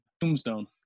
Tombstone